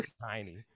tiny